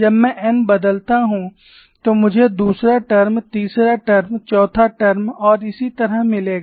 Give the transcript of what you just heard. जब मैं n बदलता हूं तो मुझे दूसरा टर्म तीसरा टर्म चौथा टर्म और इसी तरह मिलेगा